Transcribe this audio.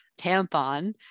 tampon